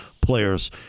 players